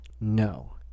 No